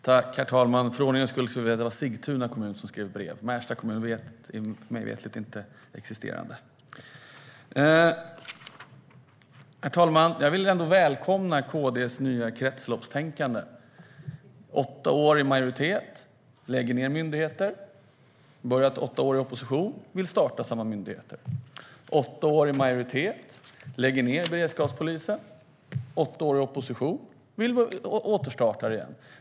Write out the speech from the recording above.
Herr talman! För ordningens skull vill jag säga att det var Sigtuna kommun som skrev ett brev. Märsta kommun är mig veterligt inte existerande. Herr talman! Jag vill ändå välkomna KD:s nya kretsloppstänkande. Åtta år i majoritet - lägger ned myndigheter. Har påbörjat åtta år i opposition - vill starta samma myndigheter. Åtta år i majoritet - lägger ned beredskapspolisen. Åtta år i opposition - vill starta den igen.